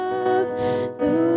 Love